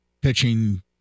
pitching